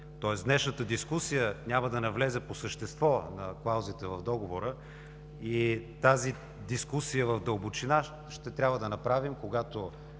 тоест днешната дискусия няма да навлезе по същество в клаузите, в договора. Тази дискусия в дълбочина ще трябва да направим, когато